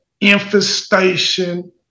infestation